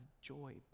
joy